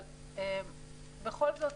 אבל בכל זאת